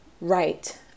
right